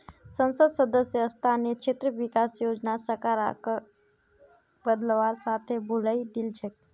संसद सदस्य स्थानीय क्षेत्र विकास योजनार सरकारक बदलवार साथे भुलई दिल छेक